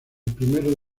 primero